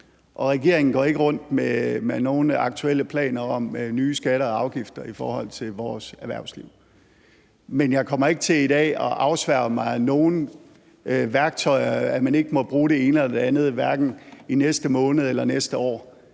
regeringen går ikke rundt med nogen aktuelle planer om nye skatter og afgifter i forhold til vores erhvervsliv. Men jeg kommer ikke til i dag at afsværge nogen værktøjer, eller at man ikke må bruge det ene eller andet, hverken i næste måned eller næste år.